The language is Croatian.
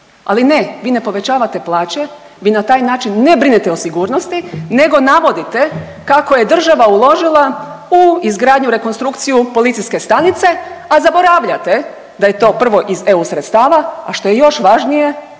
Ali ne, vi ne povećavate plaće, vi na taj način ne brinete o sigurnosti nego navodite kako je država uložila u izgradnju rekonstrukciju policijske stanice, a zaboravljate da je to prvo iz eu sredstava, a što je još važnije